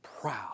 proud